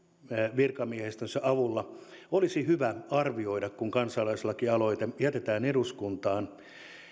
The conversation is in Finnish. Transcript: virkamiehistönsä avulla hyvä arvioida kun kansalaislakialoite jätetään eduskuntaan